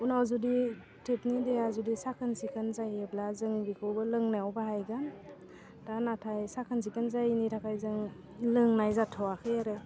उनाव जुदि टेपनि दैया जुदि साखोन सिखोन जायोब्ला जों बिखौबो लोंनायाव बाहायगोन दा नाथाय साखोन सिखोन जायिनि थाखाय जों लोंनाय जाथ'वाखै आरो